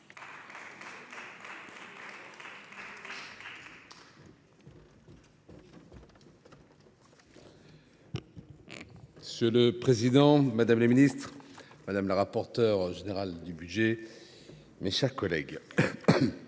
Monsieur le président, madame la ministre, madame la rapporteure générale, mes chers collègues,